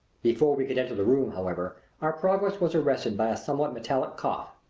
before we could enter the room, however, our progress was arrested by a somewhat metallic cough.